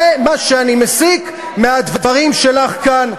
זה מה שאני מסיק מהדברים שלך כאן.